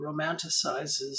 romanticizes